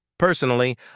Personally